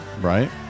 Right